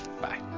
bye